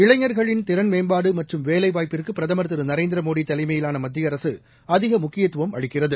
இளைஞர்களின் மேம்பாடுமற்றும் வேலைவாய்ப்புக்குபிரதமர் திறன் திரு நரேந்திரமோடிதலைமையிலானமத்தியஅரசுஅதிகமுக்கியத்துவம் அளிக்கிறது